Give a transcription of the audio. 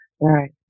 Right